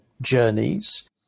journeys